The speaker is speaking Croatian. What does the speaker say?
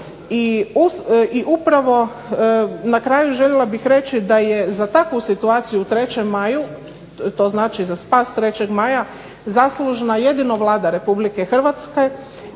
i upravo na kraju željela bih reći da je za takvu situaciju u 3. Maju, to znači za spas 3. Maja zaslužna jedino Vlada Republike Hrvatske